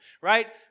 right